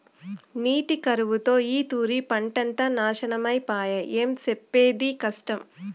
నీటి కరువుతో ఈ తూరి పంటంతా నాశనమై పాయె, ఏం సెప్పేది కష్టం